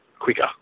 quicker